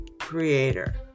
creator